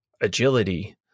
agility